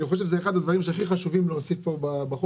אני חושב שזה אחד הדברים שהכי חשוב להוסיף פה בחוק,